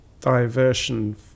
diversion